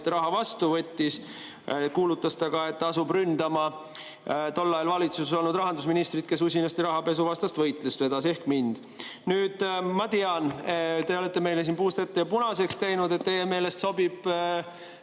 raha vastu võttis, kuulutas ta, et ta asub ründama tol ajal valitsuses olnud rahandusministrit, kes usinasti rahapesuvastast võitlust vedas, ehk mind. Ma tean – te olete meile siin puust ette ja punaseks teinud, et teie meelest sobib